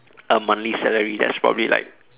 a monthly salary that's probably like